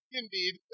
indeed